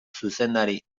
zuzendari